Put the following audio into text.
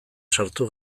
sartu